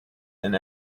and